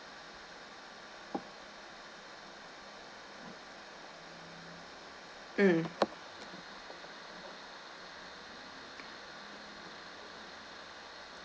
mm